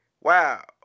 Wow